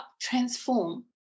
Transform